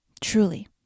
Truly